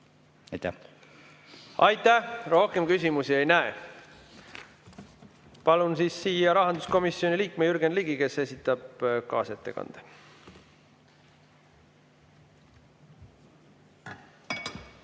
teevad. Aitäh! Rohkem küsimusi ei näe. Palun siia rahanduskomisjoni liikme Jürgen Ligi, kes esitab kaasettekande.